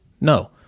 no